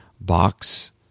box